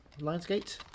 Lionsgate